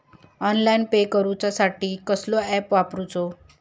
Online pay करूचा साठी कसलो ऍप वापरूचो?